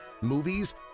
movies